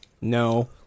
no